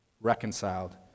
reconciled